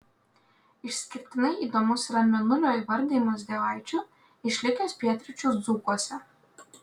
išskirtinai įdomus yra mėnulio įvardijimas dievaičiu išlikęs pietryčių dzūkuose